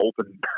open